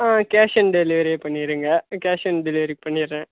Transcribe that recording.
ah cash on டெலிவரியே பண்ணிடுங்கள் cash on delivery பண்ணிறேன்